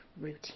routine